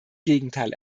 gegenteil